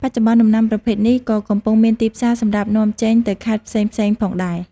បច្ចុប្បនុ្នដំណាំប្រភេទនេះ ក៏កំពុងមានទីផ្សារសម្រាប់នាំចេញទៅខេត្តផ្សេងៗផងដែរ ។